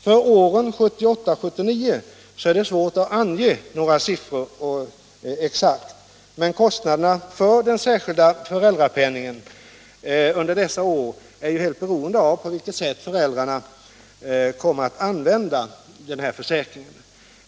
För åren 1978-1979 är det svårt att ange några exakta siffror. Kostnaderna för den särskilda föräldrapenningen under dessa år är helt beroende av på vilket sätt föräldrarna kommer att använda försäkringen.